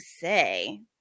say